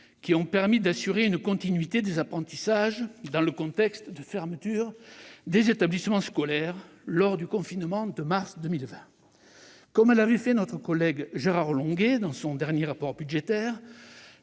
qui ont permis d'assurer une continuité des apprentissages dans le contexte de fermeture des établissements scolaires lors du confinement de mars 2020. Comme l'avait fait notre collègue Gérard Longuet dans son dernier rapport budgétaire,